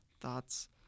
thoughts